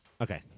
Okay